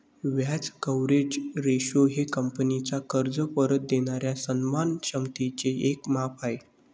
व्याज coverage ratio हे कंपनीचा कर्ज परत देणाऱ्या सन्मान क्षमतेचे एक माप आहे